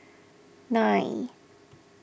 nine